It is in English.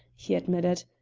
he admitted.